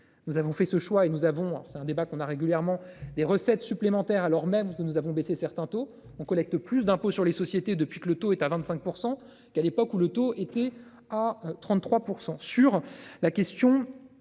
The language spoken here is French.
Nous avons fait ce choix et nous avons alors c'est un débat qu'on a régulièrement des recettes supplémentaires, alors même que nous avons baissé certains tôt on collecte plus d'impôt sur les sociétés depuis que le taux est à 25% qu'à l'époque où le taux était à 33%